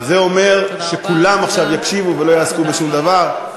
זה אומר שכולם עכשיו יקשיבו, ולא יעסקו בשום דבר.